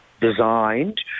designed